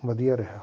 ਵਧੀਆ ਰਿਹਾ